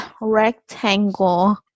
rectangle